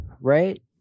right